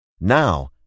Now